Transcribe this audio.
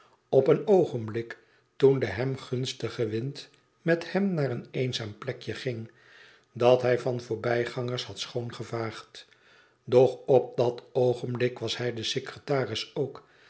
op een oogenblik toen de hem gunstige wind met hem naar een eenzaam plekje ging dat hij van voorbijgangers had schoongevaagd doch op dat oogenblik was hij de secretaris ook